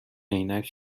عینک